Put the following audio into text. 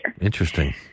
Interesting